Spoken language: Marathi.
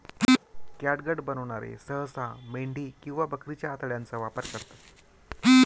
कॅटगट बनवणारे सहसा मेंढी किंवा बकरीच्या आतड्यांचा वापर करतात